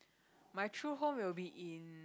my true home will be in